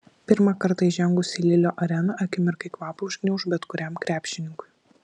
pirmą kartą įžengus į lilio areną akimirkai kvapą užgniauš bet kuriam krepšininkui